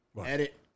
Edit